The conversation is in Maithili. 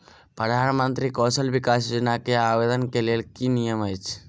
प्रधानमंत्री कौशल विकास योजना केँ आवेदन केँ लेल की नियम अछि?